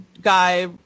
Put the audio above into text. guy